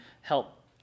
help